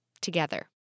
together